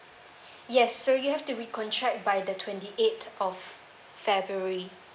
yes so you have to recontract by the twenty eighth of february